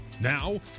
Now